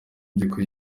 by’uko